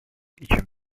чем